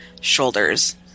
shoulders